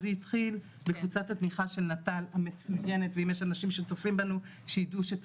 זה התחיל בקבוצת התמיכה של נט"ל המצוינת ואם יש אנשים שצופים בנו שידעו.